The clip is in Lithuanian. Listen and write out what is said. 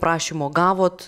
prašymo gavot